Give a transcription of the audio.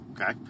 Okay